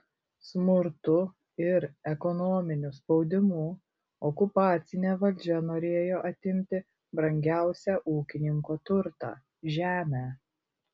smurtu ir ekonominiu spaudimu okupacinė valdžia norėjo atimti brangiausią ūkininko turtą žemę